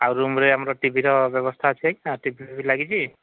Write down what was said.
ଆଉ ରୁମ୍ରେ ଆମର ଟିଭିର ବ୍ୟବସ୍ଥା ଅଛି ଆଜ୍ଞ ନା ଟିଭି ଫିବି ଲାଗିଛି